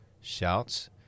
Shouts